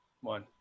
one